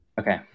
Okay